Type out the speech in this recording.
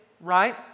right